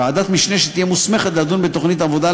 ועדת משנה שתהיה מוסמכת לדון בתוכנית עבודה,